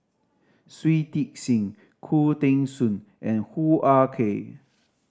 Shui Tit Sing Khoo Teng Soon and Hoo Ah Kay